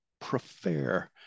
prefer